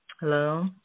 hello